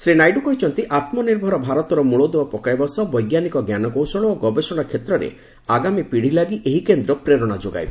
ଶ୍ରୀ ନାଇଡୁ କହିଛନ୍ତି ଆତ୍ମ ନିର୍ଭର ଭାରତର ମୂଳଦୁଆ ପକାଇବା ସହ ବୈଜ୍ଞାନିକ ଜ୍ଞାନକୌଶଳ ଓ ଗବେଷଣା କ୍ଷେତ୍ରରେ ଆଗାମୀ ପିଢ଼ିଲାଗି ଏହି କେନ୍ଦ୍ର ପ୍ରେରଣା ଯୋଗାଇବ